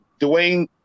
Dwayne